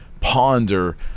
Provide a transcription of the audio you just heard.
ponder